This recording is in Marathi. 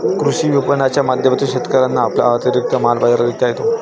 कृषी विपणनाच्या माध्यमातून शेतकऱ्यांना आपला अतिरिक्त माल बाजारात विकता येतो